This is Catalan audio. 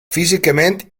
físicament